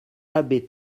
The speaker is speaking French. abbé